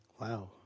Wow